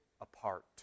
apart